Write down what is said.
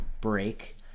break